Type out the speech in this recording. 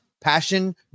Passion